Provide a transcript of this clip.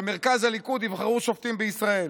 במרכז הליכוד יבחרו שופטים בישראל,